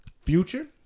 future